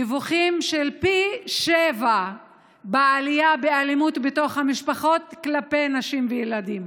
דיווחים על עלייה של פי שבעה באלימות בתוך המשפחות כלפי נשים וילדים.